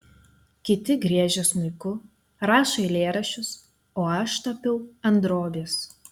kiti griežia smuiku rašo eilėraščius o aš tapiau ant drobės